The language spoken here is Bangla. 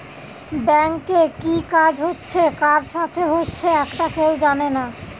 ব্যাংকে কি কাজ হচ্ছে কার সাথে হচ্চে একটা কেউ জানে না